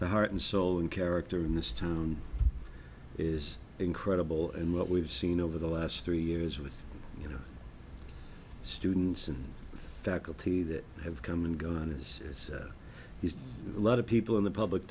the heart and soul and character in this town is incredible and what we've seen over the last three years with you know students and faculty that have come and gone as is a lot of people in the public